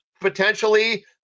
potentially